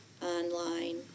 online